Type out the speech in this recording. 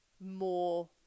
more